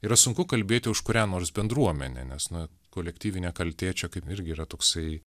yra sunku kalbėti už kurią nors bendruomenę nes na kolektyvinė kaltė čia kaip irgi yra toksai